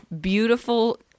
beautiful